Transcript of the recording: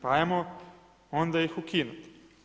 Pa ajmo onda ih ukinut.